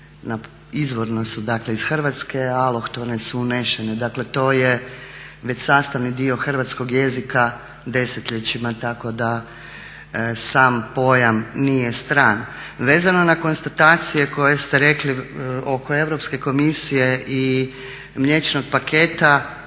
izvorno su dakle iz Hrvatske a … /Govornica se ne razumije./… su unesene. Dakle, to je već sastavni dio hrvatskog jezika desetljećima. Tako da sam pojam nije stran. Vezano na konstatacije koje ste rekli oko Europske komisije i mliječnog paketa